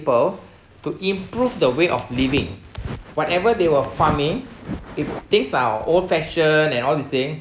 people to improve the way of living whatever they were farming if things are old-fashioned and all these thing